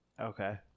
okay